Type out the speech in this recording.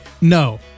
No